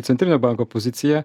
centrinio banko pozicija